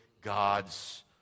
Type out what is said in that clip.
God's